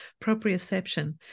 proprioception